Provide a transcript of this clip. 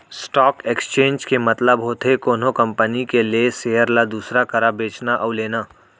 stock exchange के मतलब होथे कोनो कंपनी के लेय सेयर ल दूसर करा बेचना अउ लेना